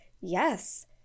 yes